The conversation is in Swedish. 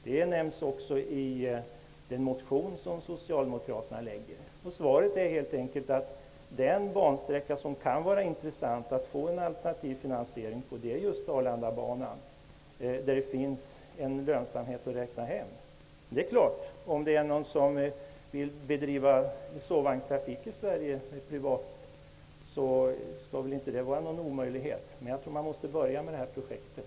Det nämns också i den motion som Socialdemokraterna har väckt. Svaret är helt enkelt att den bansträcka som det kan vara intressant att få en alternativ finansiering av är just Arlandabanan, där man kan räkna med lönsamhet. Men om det är någon som vill bedriva privat sovvagnstrafik i Sverige skall väl inte det vara någon omöjlighet. Men jag tror att man måste börja med det här projektet.